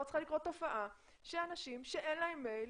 צריכה לקרות תופעה שאנשים שאין להם מייל,